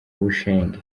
bushenge